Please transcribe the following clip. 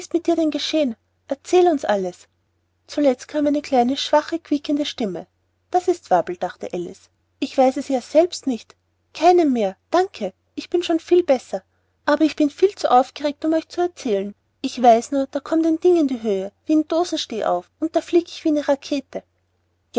ist dir denn geschehen erzähle uns alles zuletzt kam eine kleine schwache quiekende stimme das ist wabbel dachte alice ich weiß es ja selbst nicht keinen mehr danke ich bin schon viel besser aber ich bin viel zu aufgeregt um euch zu erzählen ich weiß nur da kommt ein ding in die höhe wie'n dosen stehauf und auf fliege ich wie ne rackete